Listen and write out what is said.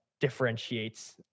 differentiates